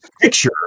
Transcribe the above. picture